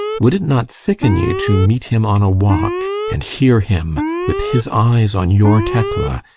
would it not sicken you to meet him on a walk and hear him, with his eyes on your tekla,